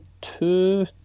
two